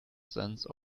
sense